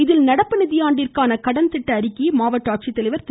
இதில் நடப்பு நிதியாண்டிற்கான கடன் திட்ட அறிக்கையை மாவட்ட ஆட்சித்தலைவர் திரு